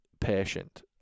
patient